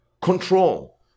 Control